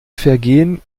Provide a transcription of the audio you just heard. vergehen